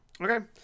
Okay